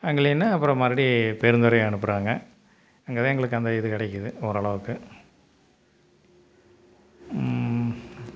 அங்கே இல்லைனா அப்புறம் மறுபடி பெருந்துறை அனுப்புறாங்க அங்கே தான் எங்களுக்கு அந்த இது கிடைக்குது ஓரளவுக்கு